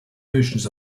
versions